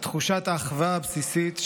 את תחושת האחווה הבסיסית שיש,